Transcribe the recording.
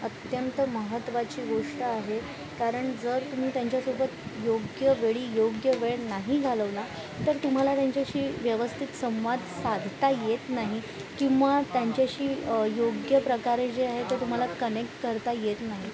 अत्यंत महत्त्वाची गोष्ट आहे कारण जर तुम्ही त्यांच्यासोबत योग्य वेळी योग्य वेळ नाही घालवला तर तुम्हाला त्यांच्याशी व्यवस्थित संवाद साधता येत नाही किंवा त्यांच्याशी योग्य प्रकारे जे आहे ते तुम्हाला कनेक्ट करता येत नाही